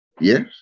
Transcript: Yes